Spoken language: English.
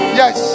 yes